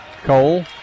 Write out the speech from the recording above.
Cole